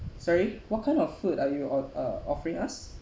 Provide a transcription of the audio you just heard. sorry what kind of food are you o~ uh offering us